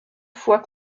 fois